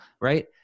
right